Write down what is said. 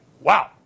Wow